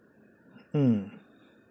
mm